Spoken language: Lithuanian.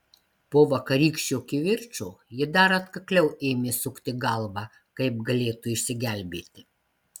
po vakarykščio kivirčo ji dar atkakliau ėmė sukti galvą kaip galėtų išsigelbėti